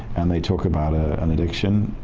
and they talk about ah an addiction,